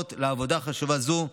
יוכלו להתפנות לעבודה חשובה זו,